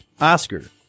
Oscar